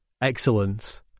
Excellence